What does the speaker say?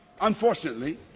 Unfortunately